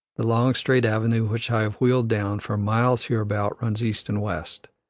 the long, straight avenue which i have wheeled down, for miles hereabout runs east and west.